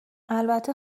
البته